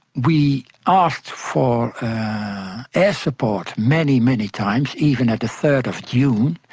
we asked for air support many, many times, even at the third of june,